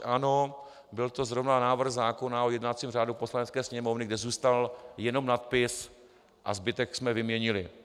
Ano, byl to zrovna návrh zákona o jednacím řádu Poslanecké sněmovny, kde zůstal jenom nadpis a zbytek jsme vyměnili.